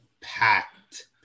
packed